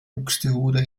buxtehude